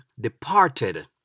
departed